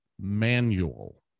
manual